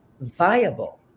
viable